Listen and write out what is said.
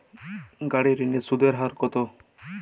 গাড়ির ঋণের সুদের হার কতো?